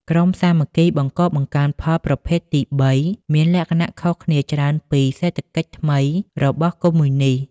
ក្រុមសាមគ្គីបង្កបង្កើនផលប្រភេទទី៣ មានលក្ខណៈខុសគ្នាច្រើនពី "សេដ្ឋកិច្ចថ្មី" របស់កុម្មុយនិស្ត។